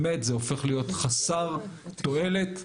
באמת, זה הופך להיות חסר תועלת לחלוטין.